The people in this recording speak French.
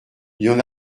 y’en